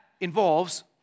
involves